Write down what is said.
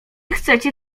chcecie